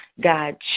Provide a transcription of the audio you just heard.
God